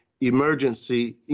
emergency